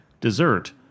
dessert